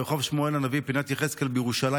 ברחוב שמואל הנביא פינת יחזקאל בירושלים,